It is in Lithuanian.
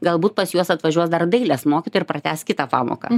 galbūt pas juos atvažiuos dar dailės mokytoja ir pratęs kitą pamoką